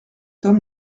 homme